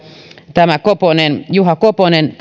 tämä juha koponen